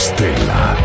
Stella